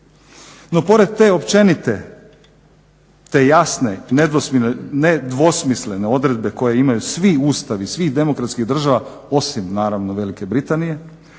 no pored te općenite, te jasne i nedvosmislene odredbe koje imaju svi ustavi svih demokratskih država osim naravno Velike Britanije,